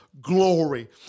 glory